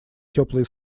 теплые